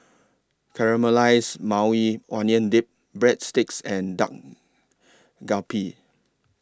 Caramelized Maui Onion Dip Breadsticks and Dak Galbi